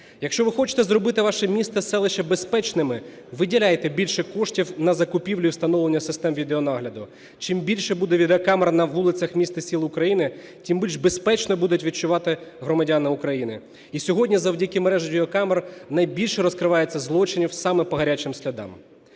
Якщо ви хочете зробити ваше місто, селище безпечними, виділяйте більше коштів на закупівлю і встановлення систем відеонагляду. Чим більше буде відеокамер на вулицях міст і сіл України, тим більш безпечними будуть відчувати громадяни України. І сьогодні завдяки мережі відеокамер найбільше розкривається злочинів саме по гарячим слідам.